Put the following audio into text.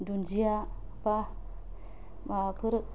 दुन्दिया बा माबाफोर